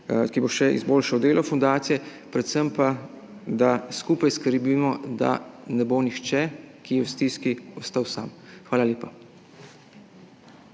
ki bo še izboljšal delo fundacije, predvsem pa, da skupaj skrbimo, da ne bo nihče, ki je v stiski, ostal sam. Hvala lepa.